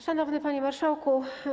Szanowny Panie Marszałku!